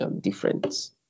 difference